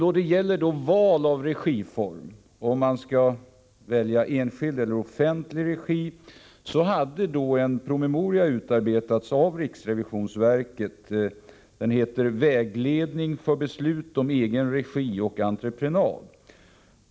Vad gäller frågan om val av regiform — enskild eller offentlig — hade riksrevisionsverket utarbetat en PM. Den heter Vägledning för beslut om egen regi och entreprenad.